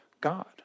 God